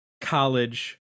college